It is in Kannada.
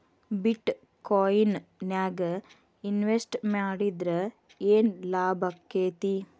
ಬಿಟ್ ಕೊಇನ್ ನ್ಯಾಗ್ ಇನ್ವೆಸ್ಟ್ ಮಾಡಿದ್ರ ಯೆನ್ ಲಾಭಾಕ್ಕೆತಿ?